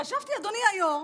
חשבתי, אדוני היו"ר,